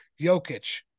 Jokic